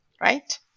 right